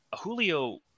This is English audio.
julio